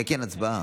כן, כן, הצבעה.